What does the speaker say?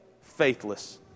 faithless